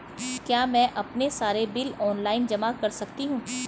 क्या मैं अपने सारे बिल ऑनलाइन जमा कर सकती हूँ?